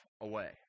away